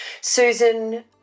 Susan